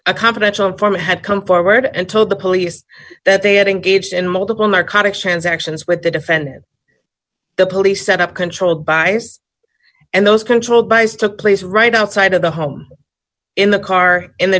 a confidential informant had come forward and told the police that they had engaged in multiple narcotics transactions with the defendant the police set up controlled by and those controlled by stick place right outside of the home in the car in the